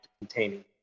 containing